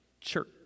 church